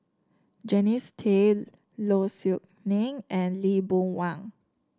Jannie Tay Low Siew Nghee and Lee Boon Wang